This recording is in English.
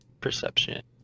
perception